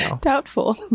Doubtful